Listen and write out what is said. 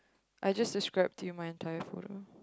I just described you my entire photo